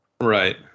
Right